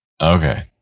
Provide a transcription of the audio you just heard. okay